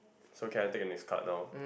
it's okay I take the next card now